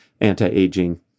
anti-aging